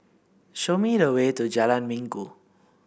show me the way to Jalan Minggu